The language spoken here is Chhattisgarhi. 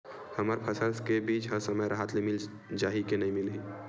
हमर फसल के बीज ह समय राहत ले मिल जाही के नी मिलही?